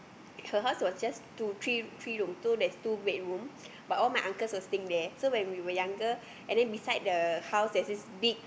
her house was just two three three room two there's two bedroom but all my uncles were staying there so when we were younger and then beside the house there's this big